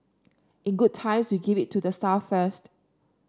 in good times we give it to the staff first